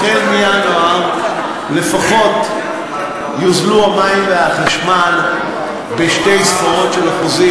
לפחות יוזלו המים והחשמל בשתי ספרות של אחוזים,